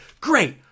great